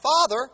father